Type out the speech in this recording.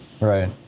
Right